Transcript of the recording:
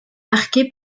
marqué